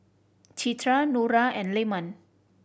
Citra Nura and Leman